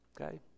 Okay